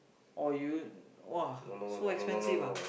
or you !wah! so expensive ah